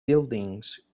buildings